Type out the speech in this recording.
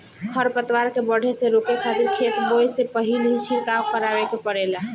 खर पतवार के बढ़े से रोके खातिर खेत बोए से पहिल ही छिड़काव करावे के पड़ेला